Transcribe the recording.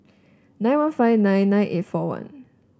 nine one five nine nine eight four one